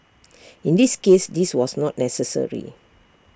in this case this was not necessary